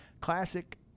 Classic